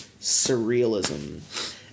surrealism